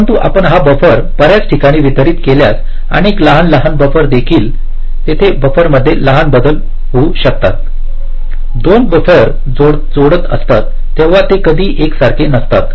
परंतु आपण हा बफर बर्याच ठिकाणी वितरित केल्यास अनेक लहान लहान बफर देखील तेथे बफर मध्ये लहान बदल होऊ शकतात 2 बफर जोडत असतात तेव्हा ते कधीही एकसारखे नसतात